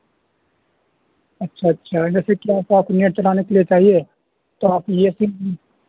اچھا اچھا جیسے کہ آپ کو آپ نیٹ چلانے کے لیے چاہیے تو آپ یہ سم